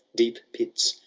deep pits,